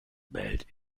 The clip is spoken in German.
behält